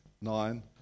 nine